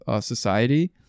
society